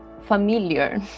familiar